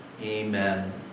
Amen